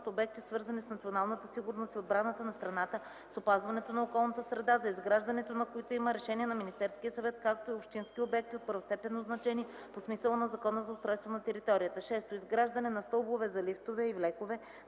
обекти, свързани с националната сигурност и отбраната на страната, с опазването на околната среда, за изграждането на които има решение на Министерския съвет, както и общински обекти от първостепенно значение по смисъла на Закона за устройство на територията; 6. изграждане на стълбове за лифтове и влекове,